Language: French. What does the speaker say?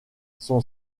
son